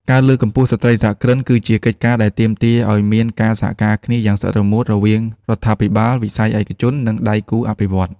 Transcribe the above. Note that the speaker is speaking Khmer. ការលើកកម្ពស់ស្ត្រីសហគ្រិន គឺជាកិច្ចការដែលទាមទារឱ្យមានការសហការគ្នាយ៉ាងស្អិតរមួតរវាងរដ្ឋាភិបាល វិស័យឯកជន និងដៃគូអភិវឌ្ឍន៍។